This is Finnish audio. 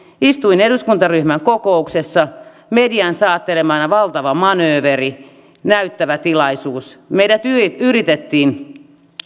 istuin eduskuntaryhmän kokouksessa median saattelemana valtava manööveri näyttävä tilaisuus meidät yritettiin